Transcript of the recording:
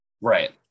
Right